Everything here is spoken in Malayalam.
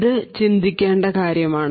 ഇത് ചിന്തിക്കേണ്ട കാര്യമാണ്